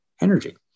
energy